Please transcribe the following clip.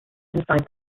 inside